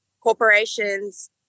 corporations